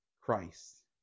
Christ